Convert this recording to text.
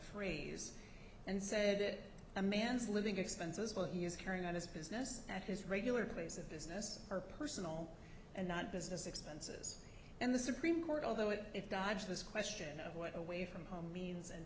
phrase and said it a man's living expenses while he is carrying out his business at his regular place of business or personal and not business expenses and the supreme court although it if dodge this question of what away from home means and